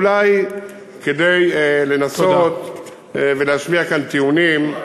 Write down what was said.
אולי כדי לנסות ולהשמיע כאן טיעונים,